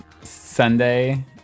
Sunday